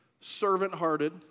servant-hearted